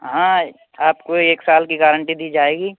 हाँ आपको एक साल की गारंटी दी जाएगी